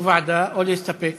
או ועדה או להסתפק?